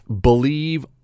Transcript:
believe